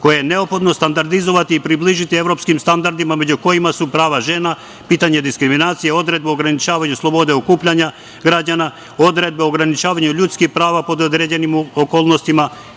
koje je neophodno standardizovati i približiti evropskim standardima, među kojima su prava žena, pitanje diskriminacije, odredbe o ograničavanju slobode okupljanja građana, odredbe o ograničavanju ljudskih prava pod određenim okolnostima,